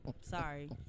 Sorry